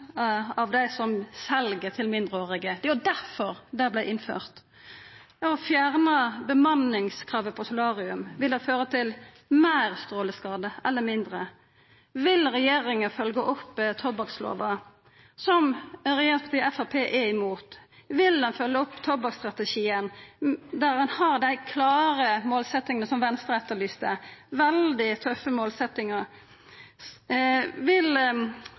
av dei som sel til mindreårige? Det var jo derfor dette vart innført. Det å fjerna bemanningskravet for solarium, vil det føra til meir eller mindre stråleskade? Vil regjeringa følgja opp tobakkslova, som regjeringspartiet Framstegspartiet er imot? Vil ein følgja opp tobakksstrategien, der ein har dei klare målsetjingane som Venstre etterlyste? Dette er veldig tøffe målsetjingar.